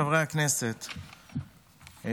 חברי הכנסת,